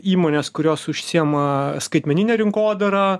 įmonės kurios užsiema skaitmenine rinkodara